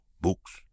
books